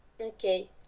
Okay